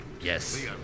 Yes